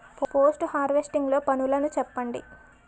Post harvesting లో పనులను చెప్పండి?